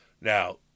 now